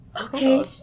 okay